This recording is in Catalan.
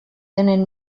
tenen